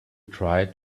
try